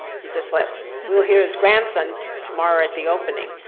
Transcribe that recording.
he just left. we will hear his grandson tomorrow at the opening.